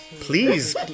Please